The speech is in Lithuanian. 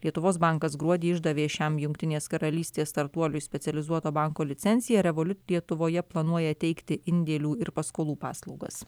lietuvos bankas gruodį išdavė šiam jungtinės karalystės startuoliui specializuoto banko licenciją revoliut lietuvoje planuoja teikti indėlių ir paskolų paslaugas